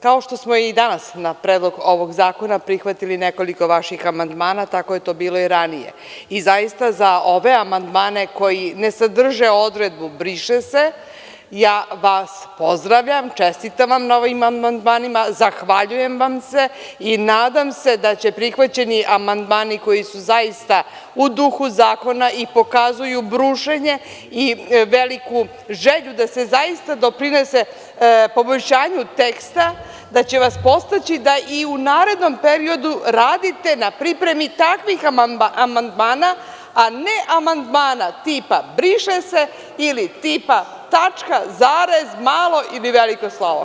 Kao što smo i danas na predlog ovog zakona prihvatili nekoliko vaših amandmana, tako je to bilo i ranije i zaista, za ove amandmane koji ne sadrže odredbu – briše se, ja vas pozdravljam, čestitam vam na ovim amandmanima, zahvaljujem vam se i nadam se da će prihvaćeni amandmani koji su zaista u duhu zakona i pokazuju brušenje, veliku želju da se zaista doprinese poboljšanju teksta, da će nas podstaći da i u narednom periodu radite na pripremi takvih amandmana, a ne amandmana tipa „briše se“ ili tipa – tačka, zarez, malo ili veliko slovo.